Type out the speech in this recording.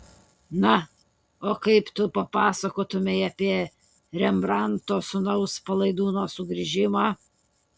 na o kaip tu papasakotumei apie rembrandto sūnaus palaidūno sugrįžimą